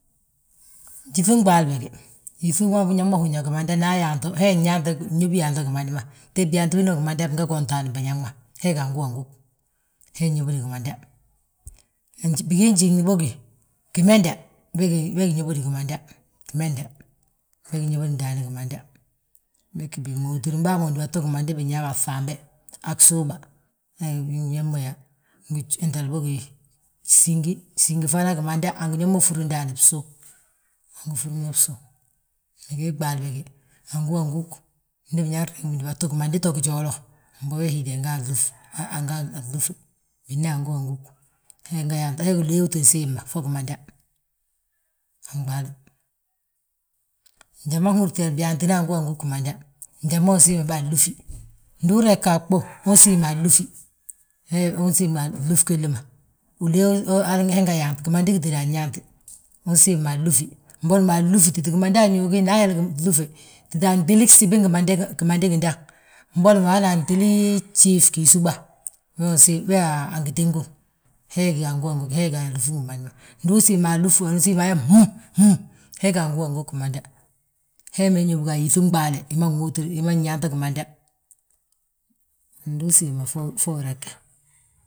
Gyíŧin ɓaali bége, yíŧi ma biñaŋ ma húri yaa gimanda nda ayaat he nyaanti ndi biyaana gimandi ma. Tee biyaanti billi gimandi ma nge gontaan biñaŋ ma, he ga angúwangu, he nyóbodi gimanda. Bigii njiŋni bógi, gimenda bégi nyóbodi gimanda, gimenda bég nyóbodi ndaani gimanda, bége giŋóotirbàa ma gimanda binyaa wi a fŧambe, a gsuuba, wee wi bingi ñób mo yaa, ngi sigi fana gimanda angi ñób furi ndaani bsu, he gi furi mo bsu. Ngi bigii ɓaali bége ngi ngúwangug, ndi biñaŋ ma riŋi mo bindúba gimandi to gijoole, mbo we hi de anga. Binayaa ngúwangug, he uléey uu tti nsiimma fo gimanda, gimanda. Bima nhúrtini byaantina ngúwangug gimanda, njali ma, njali ma nsiim be anlúfi. Ndu rega a ɓuu, unsiimu alúfi, he unsiimi a glúfi gilli ma, uléey he nge yaant, gimandi gitída anyaanti. Unsiima anlúfi boli mo anlúfi titi gimanda añuugi, boli mo nda ayali tita anŋtili gsibi gimandi gindaŋ, mboli mo hana gtili gjiif gii suba, he waa angi teengu. He hi ga angúwangug, he gí yíŧi gimandi ma, ndu usiimu anlúŧi, anyaa, he ga angúwangug gimanda, he ha ñób ga a yíŧi nɓaale, hi ma nŋóotir, hi ma nyaanti gimanda, ndu usiimma fo urege.